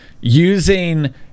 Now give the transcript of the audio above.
using